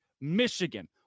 Michigan